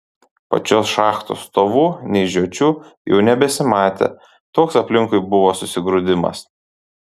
pačios šachtos stovų nei žiočių jau nebesimatė toks aplinkui buvo susigrūdimas